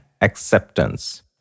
acceptance